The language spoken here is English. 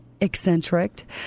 eccentric